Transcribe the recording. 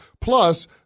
Plus